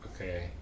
Okay